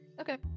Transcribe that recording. Okay